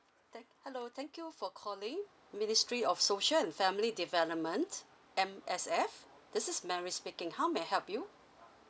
thank hello thank you for calling ministry of social and family development M_S_F this is mary speaking how may I help you